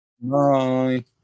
Bye